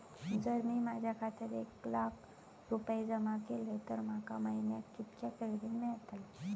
जर मी माझ्या खात्यात एक लाख रुपये जमा केलय तर माका महिन्याक कितक्या क्रेडिट मेलतला?